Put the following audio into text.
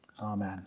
Amen